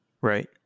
Right